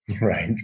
Right